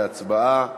ואנחנו נעבור להצבעה.